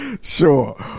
Sure